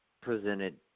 presented